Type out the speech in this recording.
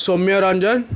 Soumyaranjan